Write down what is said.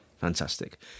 Fantastic